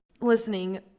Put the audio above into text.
listening